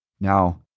Now